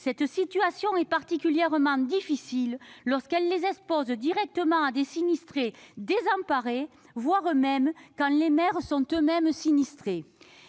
Cette situation est particulièrement difficile lorsqu'elle les expose directement à des sinistrés désemparés, voire lorsque les maires sont eux-mêmes sinistrés.